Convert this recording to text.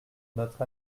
notre